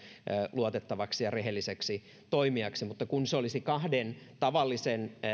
luotettavaksi ja rehelliseksi toimijaksi kun se olisi kahden tavallisen